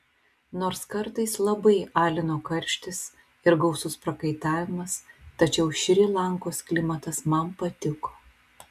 nors kartais labai alino karštis ir gausus prakaitavimas tačiau šri lankos klimatas man patiko